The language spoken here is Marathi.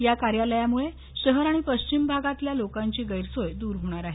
या कार्यालयामुळे शहर आणि पश्चिम भागातल्या लोकांची गैरसोय दूर होणार आहे